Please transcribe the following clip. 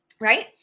right